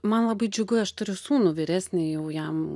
man labai džiugu aš turiu sūnų vyresnį jau jam